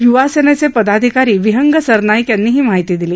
युवासेनेचे पदाधिकारी विहंग सरनाईक यांनी ही माहिती दिली